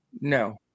No